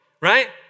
Right